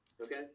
Okay